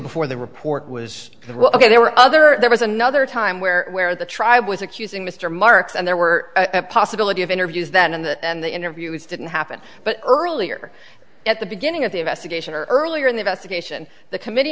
before the report was the ok there were other there was another time where where the tribe was accusing mr marks and there were a possibility of interviews that and the interviews didn't happen but earlier at the beginning of the investigation or earlier in the best occasion the committee